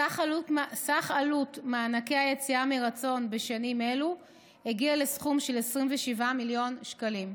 סך עלות מענקי היציאה מרצון בשנים אלו הגיע לסכום של 27 מיליון שקלים.